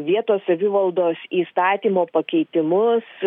vietos savivaldos įstatymo pakeitimus